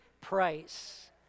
price